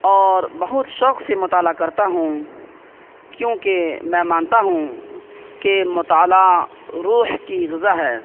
اور بہت شوق سے مطالعہ کرتا ہوں کیونکہ میں مانتا ہوں کہ مطالعہ روح کی غذا ہے